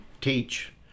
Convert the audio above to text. teach